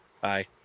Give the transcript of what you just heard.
Bye